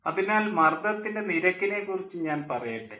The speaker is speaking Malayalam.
അതിനാൽ മർദ്ദത്തിൻ്റെ നിരക്കിനെ കുറിച്ച് ഞാൻ പറയട്ടെ